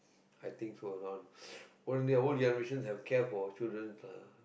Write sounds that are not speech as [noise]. I think so and all [breath] older generation have care for children lah